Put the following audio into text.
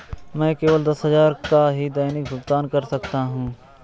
मैं केवल दस हजार का ही दैनिक भुगतान कर सकता हूँ